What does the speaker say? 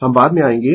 हम बाद में आएंगें